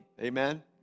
amen